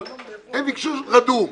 אבל הם ביקשו רדום.